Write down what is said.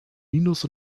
minus